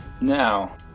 Now